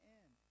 end